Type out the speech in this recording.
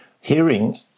hearing